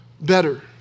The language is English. better